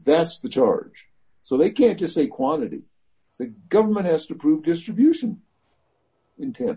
that's the charge so they can't just say quantity the government has to prove distribution in ten